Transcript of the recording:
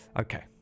Okay